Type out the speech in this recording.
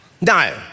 no